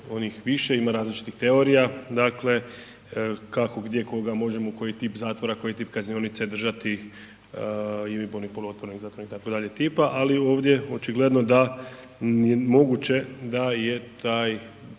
više, ima različitih teorija, dakle kako gdje koga možemo, koji tip zatvora, koji tip kaznionice držati, ima onih poluotvorenih, poluzatvorenih itd. tipa, ali ovdje očigledno da moguće da je taj